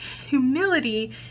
Humility